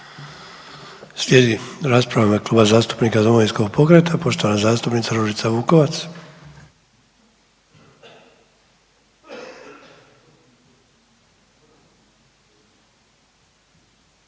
Slijedi rasprava u ime Kluba zastupnika Domovinskog pokreta poštovana zastupnica Ružica Vukovac.